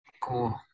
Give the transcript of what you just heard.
Cool